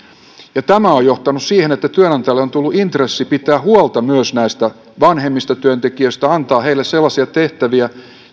ja tämä on johtanut siihen että työnantajalle on tullut intressi pitää huolta myös näistä vanhemmista työntekijöistä antaa heille sellaisia tehtäviä